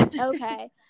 Okay